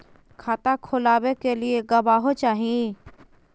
खाता खोलाबे के लिए गवाहों चाही?